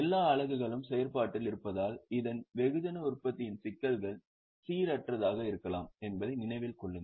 எல்லா அலகுகளும் செயற்பாட்டில் இருப்பதால் இதன் வெகுஜன உற்பத்தியின் சிக்கல்கள் சீரற்றதாக இருக்கலாம் என்பதை நினைவில் கொள்ளுங்கள்